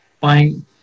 buying